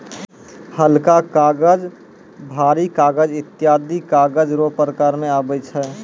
हलका कागज, भारी कागज ईत्यादी कागज रो प्रकार मे आबै छै